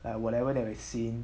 and whatever that is seen